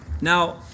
Now